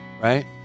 right